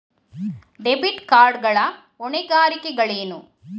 Debit card ಗಳ ಹೊಣೆಗಾರಿಕೆಗಳೇನು?